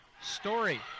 Story